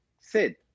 Sid